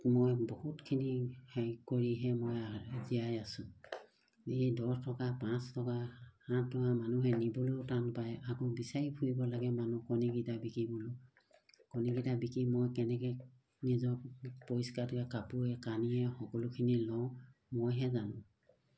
মই বহুতখিনি হেৰি কৰিহে মই জীয়াই আছোঁ এই দহ টকা পাঁচ টকা সাত টকা মানুহে নিবলৈও টান পায় আকৌ বিচাৰি ফুৰিব লাগে মানুহ কণীকেইটা বিকিবলৈও কণীকেইটা বিকি মই কেনেকৈ নিজৰ পৰিষ্কাৰটোকে কাপোৰে কানিয়ে সকলোখিনি লওঁ মইহে জানো